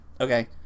Okay